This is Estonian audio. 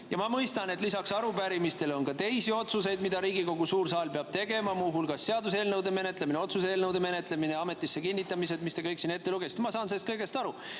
ja ma mõistan, et lisaks arupärimistele on teisi otsuseid, mida Riigikogu suur saal peab tegema, muu hulgas seaduseelnõude menetlemine, otsuse eelnõude menetlemine, ametisse kinnitamised, mis te kõik siin ette lugesite. Ma saan sellest kõigest aru.